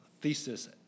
thesis